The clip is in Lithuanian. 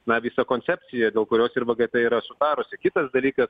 na visa koncepcija dėl kurios ir v g t yra sutarusi kitas dalykas